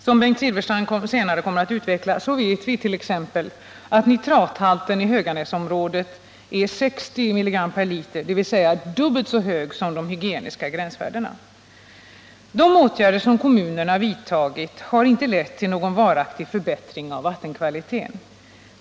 Som Bengt Silfverstrand senare kommer att utveckla vet vi t.ex. att nitrathalten i Höganäsområdet är 60 mg per liter, dvs. dubbelt så hög som det hygieniska gränsvärdet. De åtgärder som kommunerna vidtagit har inte lett till någon varaktig förbättring av vattenkvaliteten.